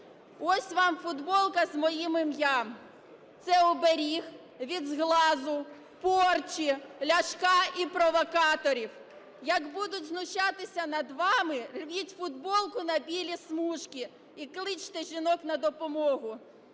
Ось вам футболка з моїм ім'ям. Це оберіг від зглазу, порчі, Ляшка і провокаторів. Як будуть знущатися над вами, рвіть футболку на білі смужки і кличте жінок на допомогу.